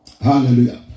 Hallelujah